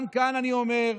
גם כאן אני אומר,